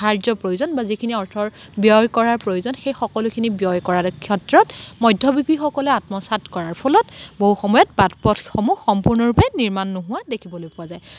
সাহাৰ্য্য প্ৰয়োজন বা যিখিনি অৰ্থৰ ব্যয় কৰাৰ প্ৰয়োজন সেই সকলোখিনি ব্যয় কৰাৰ ক্ষেত্ৰত মধ্যভোগীসকলে আত্মসাৎ কৰাৰ ফলত বহুসময়ত বাট পথসমূহ সম্পূৰ্ণৰূপে নিৰ্মাণ নোহোৱা দেখিবলৈ পোৱা যায়